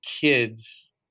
kids